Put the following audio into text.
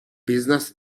business